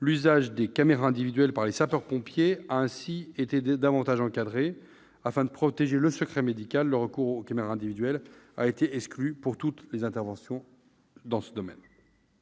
l'usage des caméras individuelles par les sapeurs-pompiers a ainsi été davantage encadré : afin de protéger le secret médical, le recours aux caméras individuelles a été exclu pour toutes les interventions à caractère